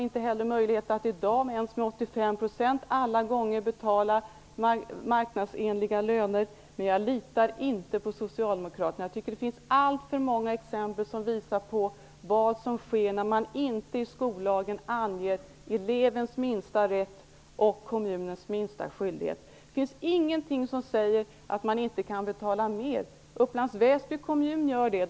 Inte ens i dag, med 85 %, har de alla gånger möjlighet att betala marknadsmässiga löner. Men jag litar inte på Socialdemokraterna. Det finns alltför många exempel som visar vad som sker eftersom skollagen inte anger elevens minsta rätt och kommunens minsta skyldighet. Det finns ingenting som säger att det inte kan betalas mer inte kan betala mer. Upplands Väsby kommun gör det.